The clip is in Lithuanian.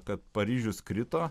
kad paryžius krito